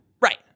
Right